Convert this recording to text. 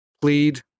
plead